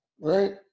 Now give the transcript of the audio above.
right